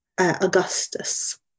Augustus